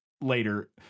later